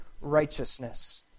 righteousness